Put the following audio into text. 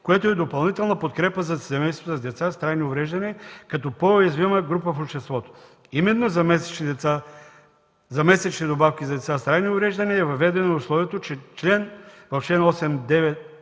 което е допълнителна подкрепа за семействата с деца с трайни увреждания, като по-уязвима група в обществото. Именно за месечни добавки за деца с трайни увреждания е въведено условието в чл. 8д,